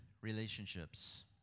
relationships